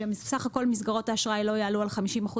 שסך כול מסגרות האשראי לא יעלו על 50%